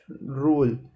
rule